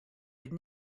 would